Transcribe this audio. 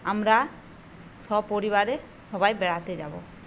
আমরা সপরিবারে সবাই বেড়াতে যাব